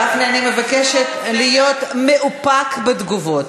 גפני, אני מבקשת להיות מאופק בתשובות.